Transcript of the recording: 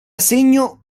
segno